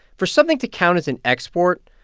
for something to count as an export,